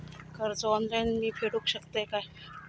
कर्ज ऑनलाइन मी फेडूक शकतय काय?